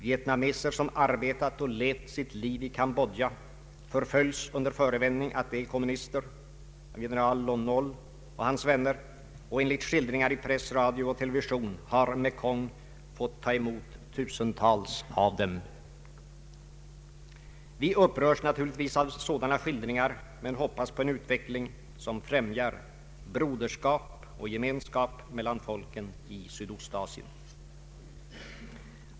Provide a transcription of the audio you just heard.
Vietnameser som arbetat och levt sitt liv i Cambodja förföljs under förevändning av att de är kommunister av general Lon Nol och hans vänner, och enligt skildringar i press, radio och television har Mekong fått ta emot tusentals av dem. Vi upprörs naturligtvis av sådana skildringar men hoppas på en utveckling som främjar broderskap och gemenskap mellan folken i Sydostasien.